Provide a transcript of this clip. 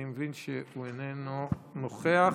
אני מבין שהוא איננו נוכח.